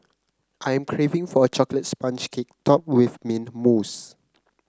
I am craving for a chocolate sponge cake topped with mint mousse